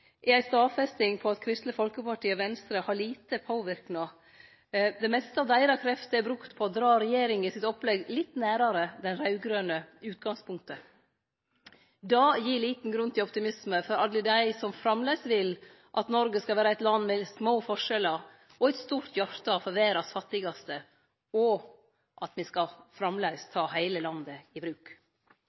er ei stadfesting av at Kristeleg Folkeparti og Venstre har lite påverknad. Det meste av deira krefter er brukt på å dra regjeringa sitt opplegg litt nærare det raud-grøne utgangspunktet. Det gir liten grunn til optimisme for alle dei som framleis vil at Noreg skal vere eit land med små forskjellar og eit stort hjarte for verdas fattigaste, og at me framleis skal ta heile landet i bruk.